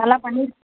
நல்லா பண்ணிருக்